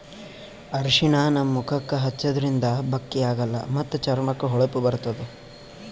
ಅರ್ಷಿಣ ನಮ್ ಮುಖಕ್ಕಾ ಹಚ್ಚದ್ರಿನ್ದ ಬಕ್ಕಿ ಆಗಲ್ಲ ಮತ್ತ್ ಚರ್ಮಕ್ಕ್ ಹೊಳಪ ಬರ್ತದ್